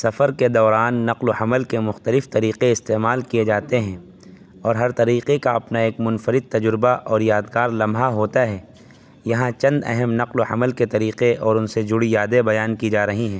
سفر کے دوران نقل و حمل کے مختلف طریقے استعمال کیے جاتے ہیں اور ہر طریقے کا اپنا ایک منفرد تجربہ اور یادگار لمحہ ہوتا ہے یہاں چند اہم نقل و حمل کے طریقے اور ان سے جڑی یادیں بیان کی جا رہی ہیں